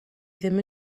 ddim